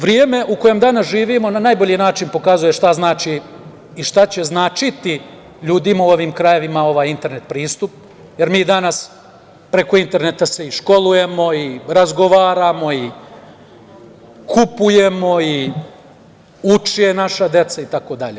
Vreme u kojem danas živimo na najbolji način pokazuje šta znači i šta će značiti ljudima u ovim krajevima internet pristup, jer mi danas preko interneta se školujemo, razgovaramo, kupujemo, uče naša deca itd.